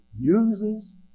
uses